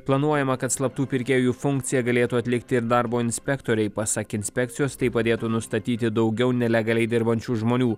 planuojama kad slaptų pirkėjų funkciją galėtų atlikti ir darbo inspektoriai pasak inspekcijos tai padėtų nustatyti daugiau nelegaliai dirbančių žmonių